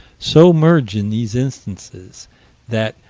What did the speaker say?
so merge in these instances that,